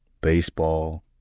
baseball